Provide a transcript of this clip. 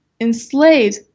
enslaved